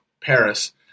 Paris